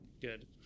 Good